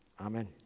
Amen